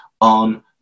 on